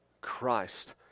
Christ